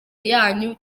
yanyu